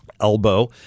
elbow